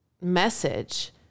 message